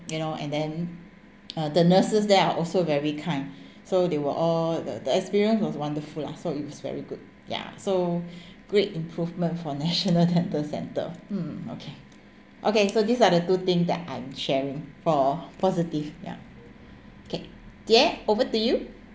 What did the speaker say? you know and then uh the nurses there are also very kind so they were all the the experience was wonderful lah so it's very good ya so great improvement for national dental centre mm okay okay so these are the two thing that I'm sharing for positive ya okay over to you